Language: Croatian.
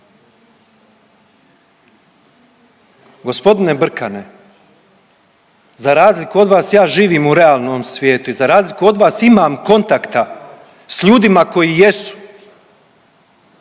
Gospodine Brkane, za razliku od vas ja živim u realnom svijetu i za razliku od vas imam kontakta s ljudima koji jesu,